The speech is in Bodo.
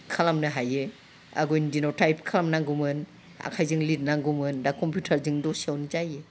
खालामनो हायो आगोलनि दिनाव टाइप खालामनांगौमोन आखाइजों लिरनांगौमोन दा कम्पिउटारजों दसेयावनो जायो